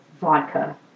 vodka